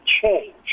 change